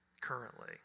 currently